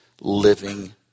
living